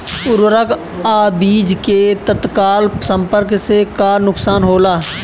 उर्वरक अ बीज के तत्काल संपर्क से का नुकसान होला?